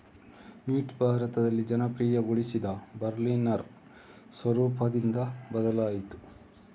mint ಭಾರತದಲ್ಲಿ ಜನಪ್ರಿಯಗೊಳಿಸಿದ Berliner ಸ್ವರೂಪದಿಂದ ಬದಲಾಯಿತು